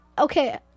okay